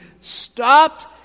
stopped